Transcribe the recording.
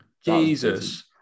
Jesus